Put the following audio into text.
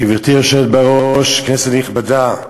גברתי היושבת בראש, כנסת נכבדה,